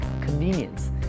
convenience